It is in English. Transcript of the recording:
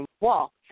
wall